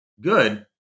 Good